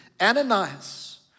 Ananias